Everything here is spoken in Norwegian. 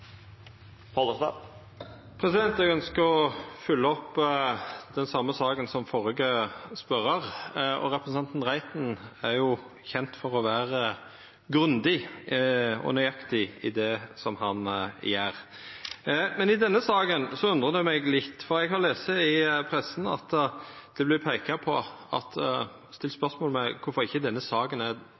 statsråd. Eg ønskjer å følgja opp den same saka som førre spørjar. Representanten Reiten er jo kjend for å vera grundig og nøyaktig i det han gjer. Men i denne saka undrar eg meg litt, for eg har lese i pressa at det vert stilt spørsmål ved kvifor denne saka ikkje er